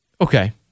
Okay